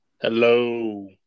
Hello